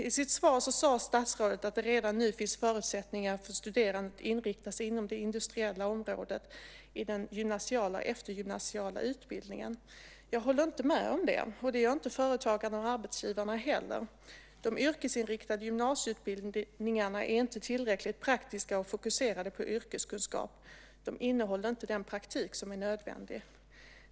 I sitt svar sade statsrådet att det redan nu finns förutsättningar för studerande att inrikta sig inom det industriella området i den gymnasiala och eftergymnasiala utbildningen. Jag håller inte med om det, och det gör inte företagarna och arbetsgivarna heller. De yrkesinriktade gymnasieutbildningarna är inte tillräckligt praktiska och fokuserade på yrkeskunskap. De innehåller inte den praktik som är nödvändig.